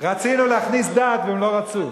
רצינו להכניס דת, והם לא רצו.